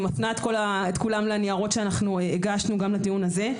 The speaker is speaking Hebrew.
אני מפנה את כולם אל הניירות שאנחנו הגשנו לדיון הזה.